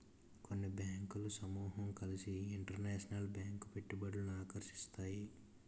కొన్ని బ్యాంకులు సమూహం కలిసి ఇంటర్నేషనల్ పెట్టుబడులను ఆకర్షిస్తాయి